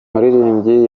muririmbyi